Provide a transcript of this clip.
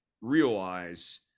Realize